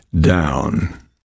down